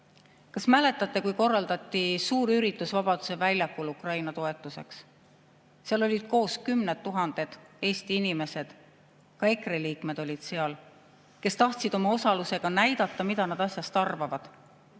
Kas mäletate, kui korraldati suurüritus Vabaduse väljakul Ukraina toetuseks? Seal olid koos kümned tuhanded Eesti inimesed, ka EKRE liikmed olid seal, kes tahtsid oma osalusega näidata, mida nad asjast arvavad.